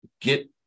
get